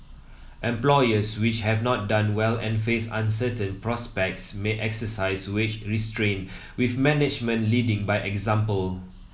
employers which have not done well and face uncertain prospects may exercise wage restraint with management leading by example